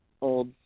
old